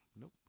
nope